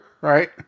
right